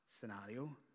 scenario